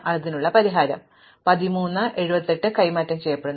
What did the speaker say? അതിനാൽ ഞാൻ 13 ഉം 78 ഉം കൈമാറ്റം ചെയ്യുന്നു